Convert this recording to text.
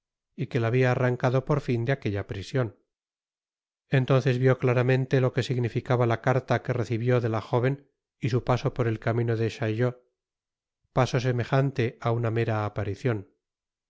y que la habia arrancado por fin de aquella prision entonces vió claramente lo que significaba la carta que recibió de la jóven y su paso por el camino de chaillot paso semejante á una mera aparicion